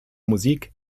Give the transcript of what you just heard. musik